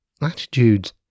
Attitudes